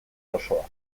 osoa